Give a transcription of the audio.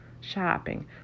shopping